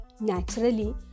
Naturally